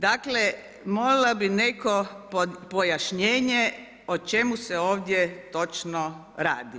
Dakle, molila bi neko pojašnjenje o čemu se ovdje točno radi.